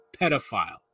pedophile